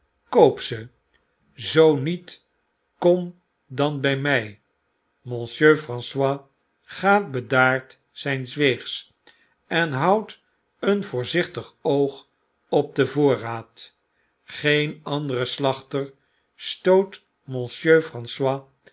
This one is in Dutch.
koop ze zoo niet kom dan by my monsieur pranfois gaat bedaard zijns weegs en houdt een voorzichtig oog op den voorraad geen andere slachter stoot monsieur franjois